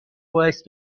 باعث